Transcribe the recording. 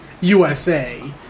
USA